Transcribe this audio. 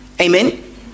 Amen